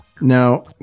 now